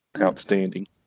outstanding